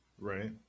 Right